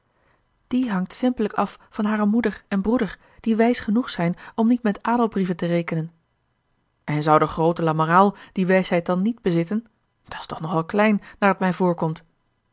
die hangt simpellijk af van hare moeder en broeder die wijs genoeg zijn om niet met adelbrieven te rekenen en zou de groote lamoraal die wijsheid dan niet bezitten dat's toch nogal klein naar t mij voorkomt